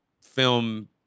film